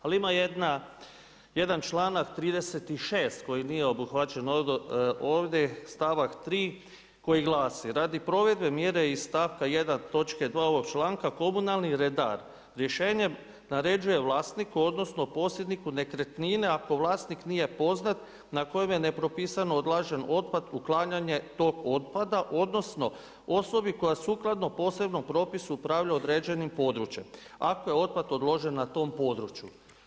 Ali ima jedan članak 36. koji nije obuhvaćen ovdje, stavak 3. koji glasi: „Radi provedbe mjere iz stavka 1. točke 2. ovog članka komunalni redar rješenjem naređuje vlasniku, odnosno posjedniku nekretnine ako vlasnik nije poznat na kojem je nepropisano odlagan otpad uklanjanje tog otpada, odnosno osobi koja sukladno posebnom propisu upravlja određenim područjem ako je otpad odložen na tom području.